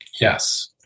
Yes